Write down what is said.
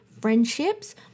friendships